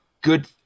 good